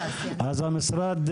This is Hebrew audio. אז המשרד,